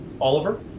Oliver